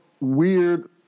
weird